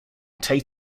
take